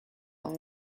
one